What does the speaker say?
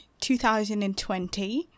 2020